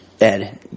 Ed